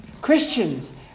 Christians